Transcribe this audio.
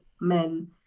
men